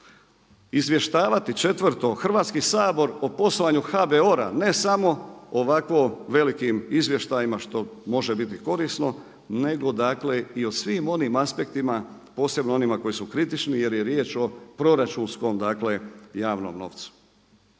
izvještavati Hrvatski sabor o poslovanju HBOR-a, ne samo o ovakvo velikim izvještajima što može biti korisno nego dakle i o svim onim aspektima, posebno onima koji su kritični jer je riječ o proračunskom dakle javnom novcu.